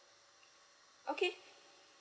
okay